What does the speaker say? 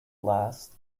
last